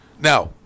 now